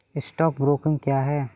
Stock broking क्या है?